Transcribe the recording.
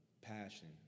passion